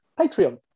Patreon